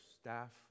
staff